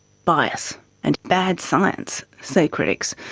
bias and bad science, say critics,